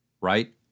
right